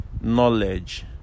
knowledge